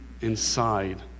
inside